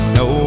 no